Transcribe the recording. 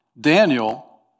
Daniel